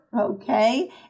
Okay